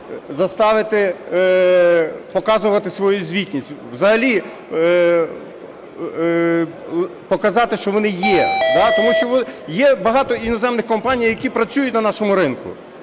заставити показувати свою звітність. Взагалі показати, що вони є – да? Тому що є багато іноземних компаній, які працюють на нашому ринку.